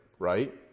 Right